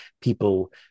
people